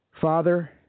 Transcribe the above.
Father